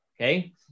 Okay